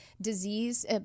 disease